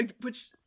Which-